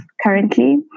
currently